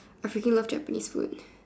I freaking love Japanese food ya